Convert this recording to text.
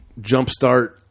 jumpstart